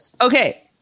Okay